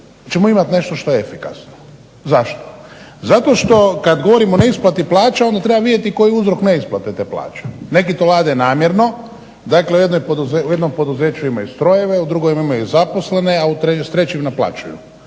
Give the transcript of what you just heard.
ćemo imati nešto što je efikasno. Zašto? Zato što kad govorim o neisplati plaća onda treba vidjeti koji je uzrok neisplate te plaće. Neki to rade namjerno, dakle u jednom poduzeću imaju strojeve, u drugom imaju zaposlene, a s trećim naplaćuju.